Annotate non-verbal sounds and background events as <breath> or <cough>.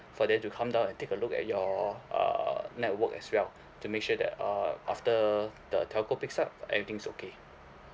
for they to come down and take a look at your uh network as well <breath> to make sure that uh after the telco picks up that everything is okay